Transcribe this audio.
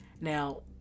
Now